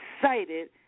excited